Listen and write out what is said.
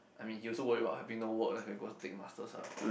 I mean he also worries about having no work and go take master lah